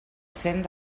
cent